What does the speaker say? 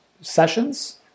sessions